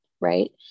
right